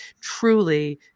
truly